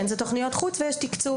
כן, זה תוכניות חוץ ויש תקצוב.